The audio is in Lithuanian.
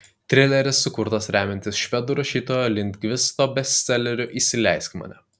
trileris sukurtas remiantis švedų rašytojo lindgvisto bestseleriu įsileisk mane